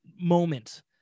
moment